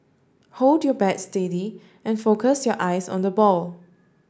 hold your bat steady and focus your eyes on the ball